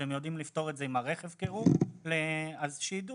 יודעים לפתור את זה עם הרכב קירור, שיידעו